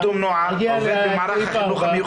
נגיע לסעיף 4. סעיף 2 (2): "עובד לקידום נוער...,